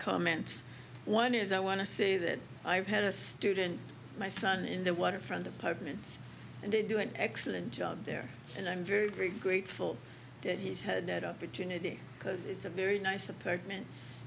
comments one is i want to say that i've had a student my son in the waterfront apartments and they do an excellent job there and i'm very very grateful that he's had that opportunity because it's a very nice apartment